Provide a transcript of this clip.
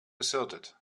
asserted